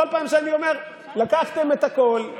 כל פעם שאני אומר: לקחתם את הכול,